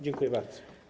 Dziękuję bardzo.